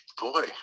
boy